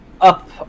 up